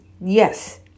yes